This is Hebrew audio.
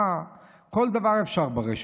מה, כל דבר אפשר ברשת.